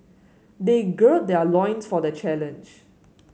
they gird their loins for the challenge